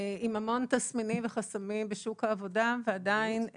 פוסט טראומה מורכבת עם המון תסמינים וחסמים בשוק העבודה ועדיין,